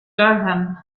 durham